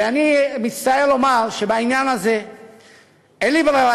ואני מצטער לומר שבעניין הזה אין לי ברירה